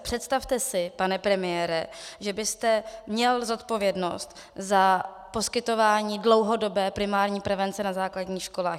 Představte si, pane premiére, že byste měl zodpovědnost za poskytování dlouhodobé primární prevence na základních školách.